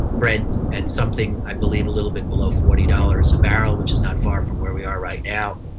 brent at something i believe a little bit below forty dollars a barrel, which is not far from where we are right now.